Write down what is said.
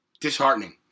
disheartening